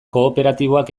kooperatiboak